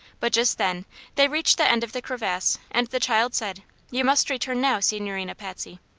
but just then they reached the end of the crevasse, and the child said you must return now, signorina patsy.